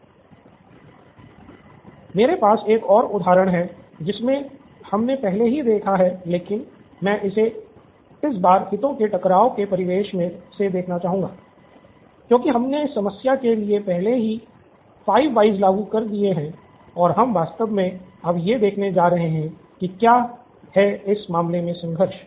उदाहरण मेरे पास एक और उदाहरण है जिसे हमने पहले ही देखा है लेकिन मैं इसे इस बार हितों के टकराव के परिवेश से दिखाना चाहूँगा क्योंकि हमने इस समस्या के लिए पहले ही 5 व्हयस लागू कर दिए हैं और हम वास्तव में अब यह देखने जा रहे हैं कि क्या है इस मामले में संघर्ष